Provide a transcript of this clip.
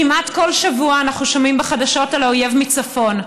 כמעט כל שבוע אנחנו שומעים בחדשות על האויב מצפון.